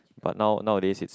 but now nowadays is